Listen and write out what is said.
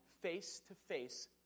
face-to-face